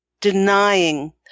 denying